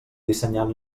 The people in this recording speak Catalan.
dissenyant